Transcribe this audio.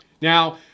Now